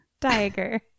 Tiger